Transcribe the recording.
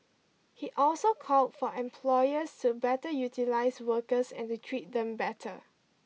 he also called for employers to better utilise workers and to treat them better